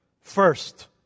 First